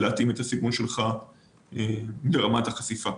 ולהתאים את הסיכון שלך ברמת החשיפה.